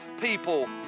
people